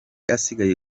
asigaye